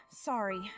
Sorry